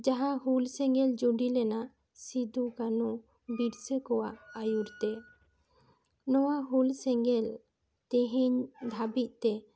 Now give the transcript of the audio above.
ᱡᱟᱦᱟᱸ ᱦᱩᱞ ᱥᱮᱸᱜᱮᱞ ᱡᱩᱰᱤ ᱞᱮᱱᱟ ᱥᱤᱫᱩ ᱠᱟᱹᱱᱦᱩ ᱵᱤᱨᱥᱟᱹ ᱠᱚᱣᱟᱜ ᱟᱭᱩᱨ ᱛᱮ ᱱᱚᱣᱟ ᱦᱩᱞ ᱥᱮᱸᱜᱮᱞ ᱛᱮᱦᱮᱧ ᱫᱷᱟᱹᱵᱤᱡ ᱛᱮ